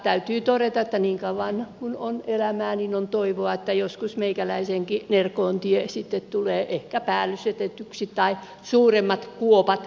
täytyy todeta että niin kauan kuin on elämää on toivoa että joskus meikäläisenkin nerkoontie sitten tulee ehkä päällystetyksi tai suuremmat kuopat korjatuksi